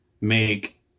make